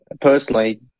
personally